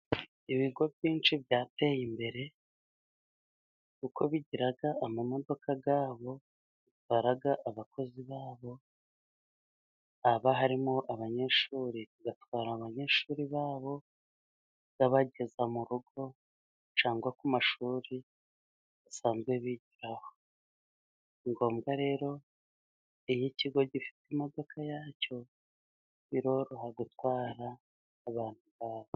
Ibigo byinshi byateye imbere kuko bigira amamodoka yabo zitwara abakozi babo. Aba harimo abanyeshuri batwara abanyeshuri babo babageza mu rugo cyangwa ku mashuri basanzwe bitaho. Ni ngombwa rero iyo ikigo gifite imodoka yacyo biroroha gutwara abantu babo.